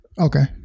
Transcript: Okay